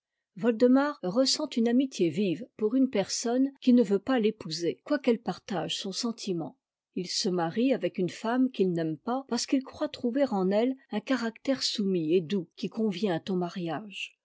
chose de réei wotdemar ressent une amitié vive pour une personne qui ne veut pas l'épouser quoiqu'elle partage son sentiment il se marie avec une femme qu'il n'aime pas parce qu'il croit trouver en elle un caractère soumis et doux qui convient au mariage